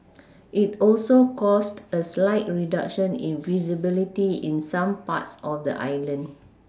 it also caused a slight reduction in visibility in some parts of the island